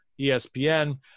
ESPN